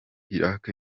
iraq